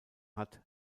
hat